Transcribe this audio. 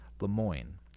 Lemoyne